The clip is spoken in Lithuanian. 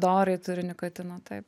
dorai turi nikotino taip